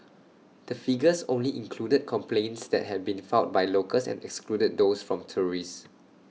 the figures only included complaints that had been filed by locals and excludes those from tourists